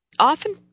Often